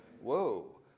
Whoa